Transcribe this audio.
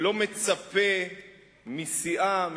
ולא מצפה מסיעה,